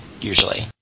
usually